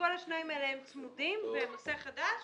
שני אלה צמודים והם נושא חדש